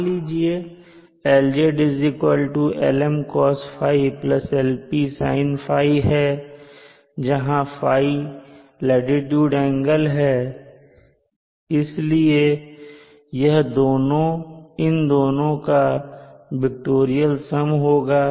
मान लीजिए की LzLm cosϕ Lp sinϕ है जहां ϕ लाटीट्यूड एंगल है इसलिए यहां इन दोनों का विक्टोरियल सम होगा